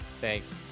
Thanks